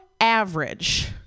average